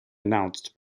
announced